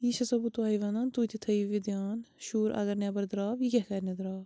یہِ چھِ سو بہٕ تۄہہِ وَنان تُہۍ تہِ تھٲیِو یہِ دھیٛان شُر اگر نیٚبَر درٛاو یہِ کیٛاہ کَرنہِ درٛاو